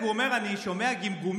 כי הוא אומר: אני שומע גמגומים,